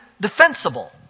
defensible